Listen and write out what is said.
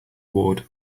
ward